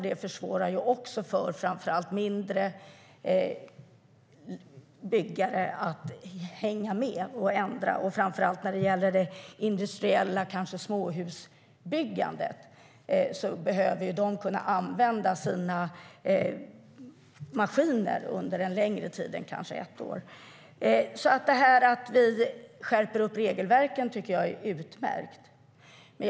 Det kan vara svårt för framför allt mindre byggare att hänga med i ändringarna. Framför allt när det gäller det industriella småhusbyggandet behöver de kanske kunna använda sina maskiner under en längre tid än ett år. Att vi skärper regelverken tycker jag alltså är utmärkt.